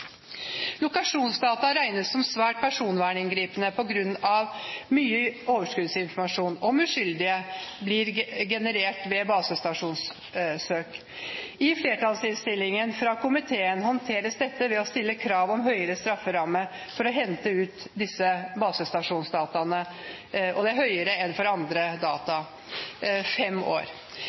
Lokasjonsdata regnes som svært personverninngripende på grunn av at mye overskuddsinformasjon om uskyldige blir generert ved basestasjonssøk. I flertallsinnstillingen fra komiteen håndteres dette ved å stille krav om høyere strafferamme for å hente ut disse basestasjonsdataene, og den er høyere enn for andre data – fem år.